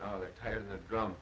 oh they're tired of the drum